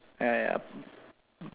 ya ya